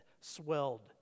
swelled